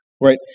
Right